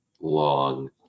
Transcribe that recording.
long